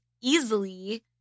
easily